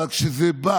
אבל כשזה בא